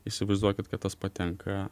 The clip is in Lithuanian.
įsivaizduokit kad tas patenka